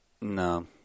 No